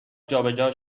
جابجا